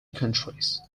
countries